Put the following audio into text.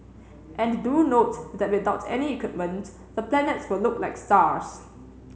and do note that without any equipment the planets will look like stars